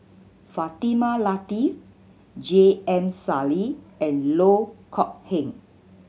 Fatimah Lateef J M Sali and Loh Kok Heng